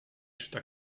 czyta